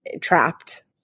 trapped